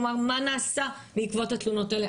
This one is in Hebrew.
כלומר מה נעשה בעקבות התלונות האלה.